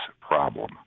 problem